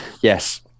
yes